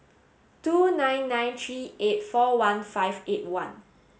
two nine nine three eight four one five eight one